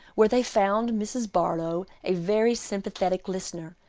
where they found mrs. barlow a very sympathetic listener.